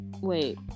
wait